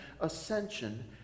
ascension